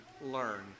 learn